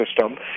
system